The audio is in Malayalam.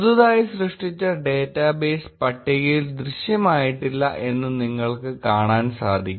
പുതുതായി സൃഷ്ടിച്ച ഡാറ്റാബേസ് പട്ടികയിൽ ദൃശ്യമായിട്ടില്ല എന്ന് നിങ്ങൾക്ക് കാണാൻ സാധിക്കും